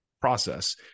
process